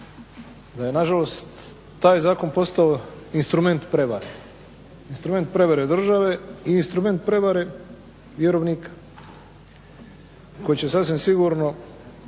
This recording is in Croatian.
reći, nažalost taj je zakon postao instrument prevare. Instrument prevare države i instrument prevare vjerovnika koji će sasvim sigurno